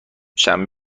شنبه